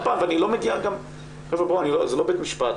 חבר'ה, זה לא בית משפט